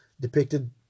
depicted